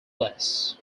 less